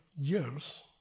years